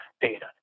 data